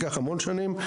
ייקח המון שונים.